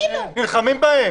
נלחמים בהן.